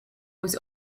was